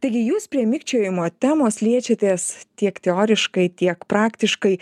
taigi jūs prie mirkčiojimo temos liečiatės tiek teoriškai tiek praktiškai